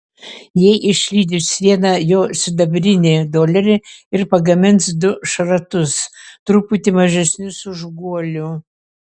jie išlydys vieną jo sidabrinį dolerį ir pagamins du šratus truputį mažesnius už guolių